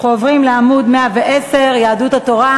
אנחנו עוברים לעמוד 110, יהדות התורה,